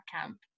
camp